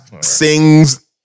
sings